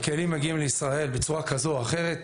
הכלים מגיעים לישראל בצורה כזו או אחרת,